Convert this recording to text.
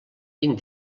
vint